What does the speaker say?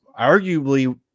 arguably